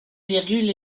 virgule